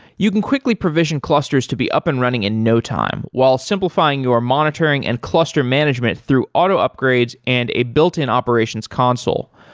you can quickly provision clusters to be up and running in no time while simplifying your monitoring and cluster management through auto upgrades and a built-in operations console.